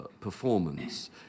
performance